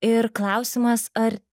ir klausimas ar